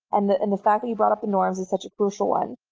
and the and the fact that you brought up the norms, it's such a crucial one.